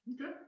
Okay